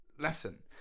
lesson